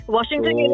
Washington